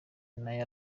nayo